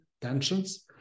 tensions